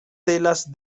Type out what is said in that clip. telas